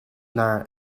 naar